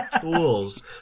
tools